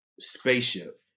spaceship